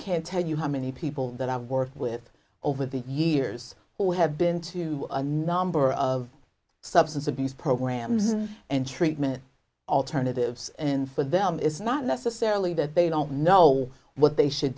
can't tell you how many people that i've worked with over the years who have been to a number of substance abuse programs and treatment alternatives and for them is not necessarily that they don't know what they should